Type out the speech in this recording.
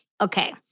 Okay